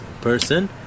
person